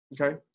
okay